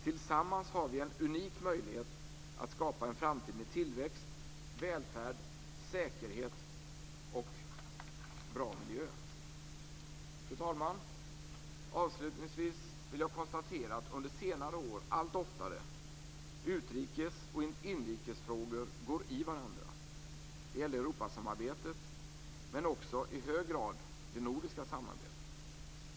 Tillsammans har vi en unik möjlighet att skapa en framtid med tillväxt, välfärd, säkerhet och bra miljö. Fru talman! Avslutningsvis vill jag konstatera att under senare år utrikes och inrikesfrågor allt oftare går i varandra. Det gäller Europasamarbetet men också i hög grad det nordiska samarbetet.